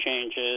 changes